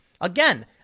Again